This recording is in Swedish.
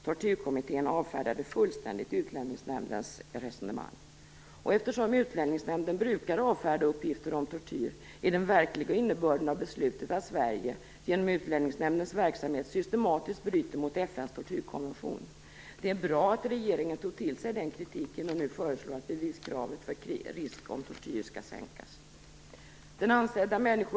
Tortyrkommittén avfärdade fullständigt Utlänningsnämndens resonemang. Eftersom Utlänningsnämnden brukar avfärda uppgifter om tortyr är den verkliga innebörden av beslutet att Sverige genom Utlänningsnämndens verksamhet systematiskt bryter mot FN:s tortyrkonvention. Det är bra att regeringen tog till sig den kritiken och nu föreslår att beviskravet för risk om tortyr skall sänkas.